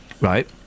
Right